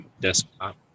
desktop